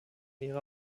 ihrer